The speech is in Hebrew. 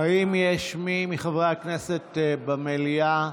יש מי מחברי הכנסת במליאה